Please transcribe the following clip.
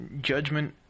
judgment